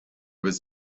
was